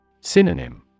Synonym